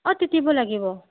অঁ তিতিব লাগিব